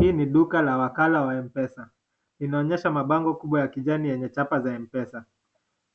Hii ni duka la wakala wa M-PESA. Inaonyesha mabango kubwa ya kijani yenye chapa ya M-PESA.